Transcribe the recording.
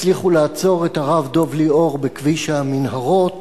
הצליחו לעצור את הרב דב ליאור בכביש המנהרות.